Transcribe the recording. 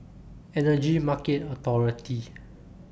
Energy Market Authority